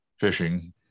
fishing